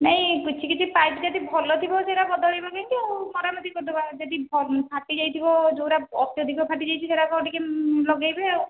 ନାଇଁ କିଛି କିଛି ପାଇପ୍ ଯଦି ଭଲ ଥିବ ସେଇଟା ବଦଳାଇବ କାହିଁକି ଆଉ ମରାମତି କରିଦେବା ଯଦି ଫାଟିଯାଇଥିବ ଯେଉଁଟା ଅତ୍ୟଧିକ ଫାଟିଯାଇଛି ସେଗୁଡ଼ାକ ଟିକିଏ ଲଗାଇବେ ଆଉ